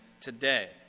today